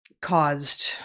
caused